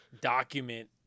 document